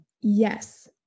Yes